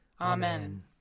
Amen